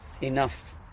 enough